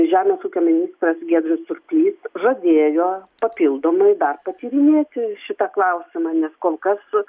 žemės ūkio ministras giedrius surplys žadėjo papildomai dar patyrinėti šitą klausimą nes kol kas